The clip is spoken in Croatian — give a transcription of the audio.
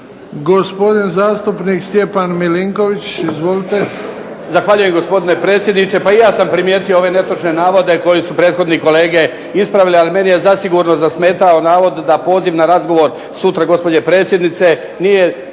Gospodin zastupnik Dragan Kovačević. Izvolite.